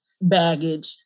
baggage